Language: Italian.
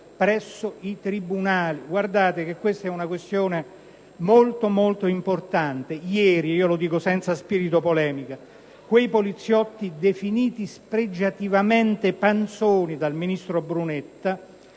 presso i tribunali. Guardate che si tratta di una questione veramente molto importante. Ieri, lo dico senza spirito polemico, i poliziotti (definiti spregiativamente "panzoni" dal ministro Brunetta)